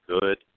good